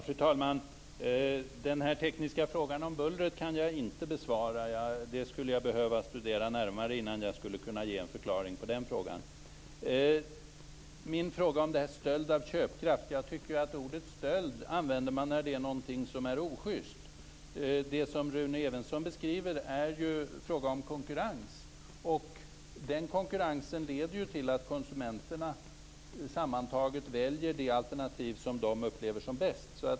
Fru talman! Den här tekniska frågan om bullret kan jag inte besvara. Jag skulle behöva studera frågan närmare innan jag kan ge en förklaring. Jag vill kommentera min fråga om det här med stöld av köpkraft. Jag tycker att man använder ordet "stöld" när det är något som är oschyst. Det som Rune Evensson beskriver är ju fråga om konkurrens. Den konkurrensen leder till att konsumenterna sammantaget väljer det alternativ som de upplever som bäst.